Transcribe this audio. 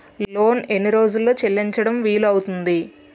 Loan ఎన్ని రోజుల్లో చెల్లించడం వీలు అవుతుంది?